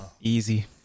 Easy